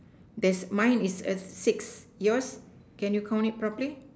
there's mine is err six yours can you count it properly